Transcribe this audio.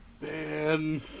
Man